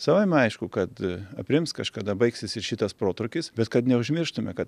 savaime aišku kad aprims kažkada baigsis ir šitas protrūkis bet kad neužmirštume kad